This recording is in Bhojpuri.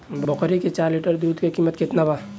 बकरी के चार लीटर दुध के किमत केतना बा?